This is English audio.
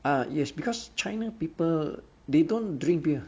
ah yes because china people they don't drink beer